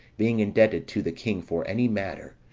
being indebted to the king for any matter,